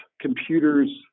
computers